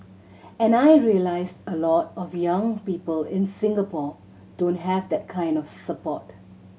and I realised a lot of young people in Singapore don't have that kind of support